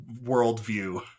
worldview